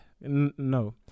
no